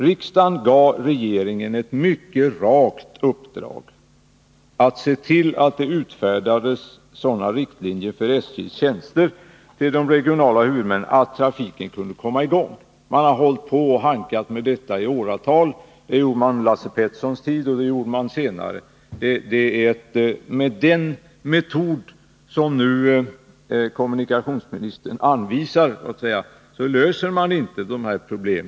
Riksdagen gav regeringen ett mycket rakt uppdrag, nämligen att se till att det utfärdades sådana riktlinjer för SJ:s tjänster till de regionala huvudmän Nr 112 nen att trafiken kunde komma i gång. Man har jobbat med denna fråga i Måndagen den åratal. Det gjorde man redan under Lars Petersons tid, och det har man =& april 1981 också gjort senare. Men med den metod som kommunikationsministern nu anvisar löser man inte detta problem.